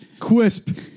Quisp